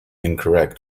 incorrect